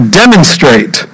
demonstrate